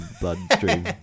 bloodstream